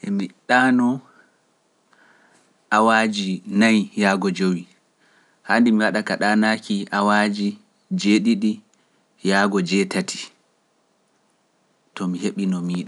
E mi ɗaano awaaji nayi yaago jowi(four - five hrs), hande mi waɗa ka ɗaanaaki awaaji jeeɗiɗi yaago jeetati(seven to eight hrs) to mi heɓino miijo.